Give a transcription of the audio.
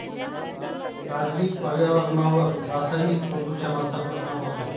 सागरी पर्यावरणावर रासायनिक प्रदूषणाचा परिणाम होतो